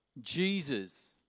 Jesus